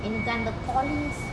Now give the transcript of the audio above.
என்னக்கு அந்த:ennaku antha